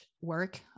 work